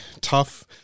tough